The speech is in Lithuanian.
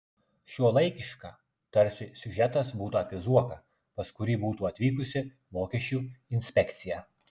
šiuolaikiška tarsi siužetas būtų apie zuoką pas kurį būtų atvykusi mokesčių inspekcija